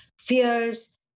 fears